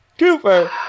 Cooper